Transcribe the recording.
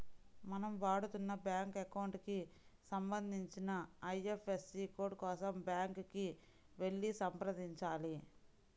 మనం వాడుతున్న bank account కి సంబంధించిన ఐ.ఎఫ్.ఎస్.సి కోడ్ కోసం బ్యాంకుకి వెళ్లి సంప్రదించాలి